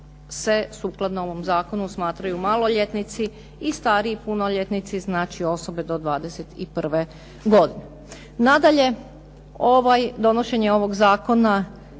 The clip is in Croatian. sukladno ovom zakonu smatraju maloljetnici i stariji punoljetnici. Znači, osobe do 21. godine. Nadalje, donošenje ovog zakona